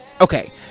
Okay